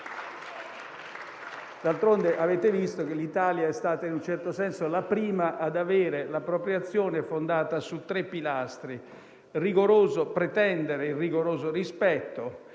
D'altronde, avete visto che l'Italia è stata in un certo senso la prima a fondare la propria azione su tre pilastri: pretendere il rigoroso rispetto